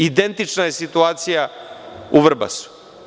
Identična je situacija u Vrbasu.